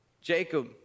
Jacob